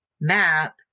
map